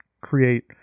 create